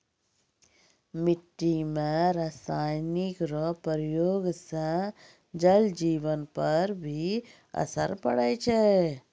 मिट्टी मे रासायनिक रो प्रयोग से जल जिवन पर भी असर पड़ै छै